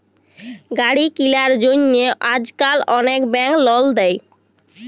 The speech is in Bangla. গাড়ি কিলার জ্যনহে আইজকাল অলেক ব্যাংক লল দেই